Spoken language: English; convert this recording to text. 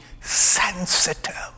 sensitive